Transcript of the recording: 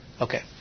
Okay